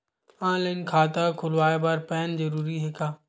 Online खाता खुलवाय बर पैन जरूरी हे का?